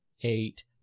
eight